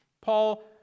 Paul